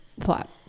plot